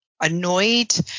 annoyed